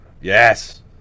yes